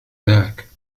ذاك